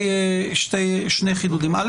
א',